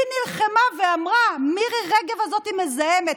היא נלחמה ואמרה: מירי רגב הזאת מזהמת,